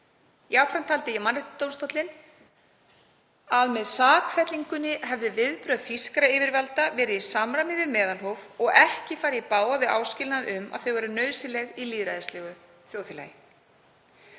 Jafnframt taldi Mannréttindadómstóllinn að með sakfellingunni hefðu viðbrögð þýskra yfirvalda verið í samræmi við meðalhóf og ekki farið í bága við áskilnað um að þau væru nauðsynleg í lýðræðislegu þjóðfélagi.